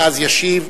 ואז ישיב.